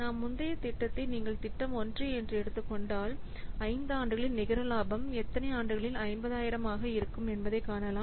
நம் முந்தைய திட்டத்தை நீங்கள் திட்டம் 1 என்று எடுத்துக் கொண்டால் 5 ஆண்டுகளின் நிகர லாபம் எத்தனை ஆண்டுகளில் 50000 ஆக இருக்கும் என்பதைக் காணலாம்